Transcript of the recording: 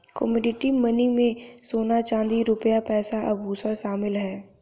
commodity money में सोना चांदी रुपया पैसा आभुषण शामिल है